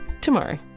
tomorrow